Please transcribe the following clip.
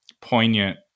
poignant